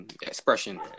expression